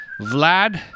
Vlad